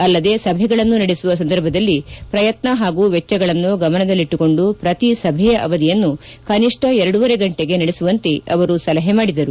ಅಲ್ಲದೇ ಸಭೆಗಳನ್ನು ನಡೆಸುವ ಸಂದರ್ಭದಲ್ಲಿ ಪ್ರಯತ್ನ ಹಾಗೂ ವೆಚ್ಗಗಳನ್ನು ಗಮನದಲ್ಲಿಟ್ಟುಕೊಂಡು ಪ್ರತಿ ಸಭೆಯ ಅವಧಿಯನ್ನು ಕನಿಷ್ಟ ಎರಡೂವರೆ ಗಂಟೆಗೆ ನಡೆಸುವಂತೆ ಅವರು ಸಲಹೆ ಮಾಡಿದರು